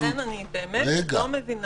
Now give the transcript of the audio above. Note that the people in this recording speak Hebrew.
לכן אני באמת לא מבינה.